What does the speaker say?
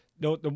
no